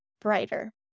brighter